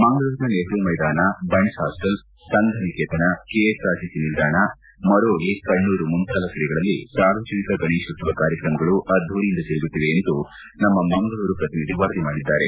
ಮಂಗಳೂರಿನ ನೆಹರು ಮೈದಾನ Bunts hostel Sanghaniketan KSRTC ನಿಲ್ದಾಣ ಮರೋಳಿ ಕಣ್ಣೂರು ಮುಂತಾದ ಕಡೆಗಳಲ್ಲಿ ಸಾರ್ವಜನಿಕ ಗಣೇಶೋಶ್ವವ ಕಾರ್ಯಕ್ರಮಗಳು ಅದ್ದೂರಿಯಿಂದ ಜರುಗುತ್ತಿವೆ ಎಂದು ನಮ್ಮ ಮಂಗಳೂರು ಪ್ರತಿನಿಧಿ ವರದಿ ಮಾಡಿದ್ದಾರೆ